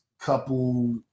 couple